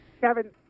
Kevin